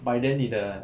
by then 你的